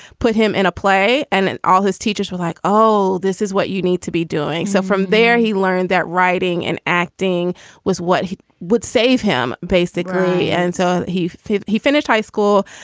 put him in a play and and all his teachers were like, oh, this is what you need to be doing. so from there, he learned that writing and acting was what would save him, basically. and so he he finished high school.